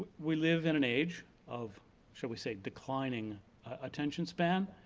we live in an age of shall we say declining attention span,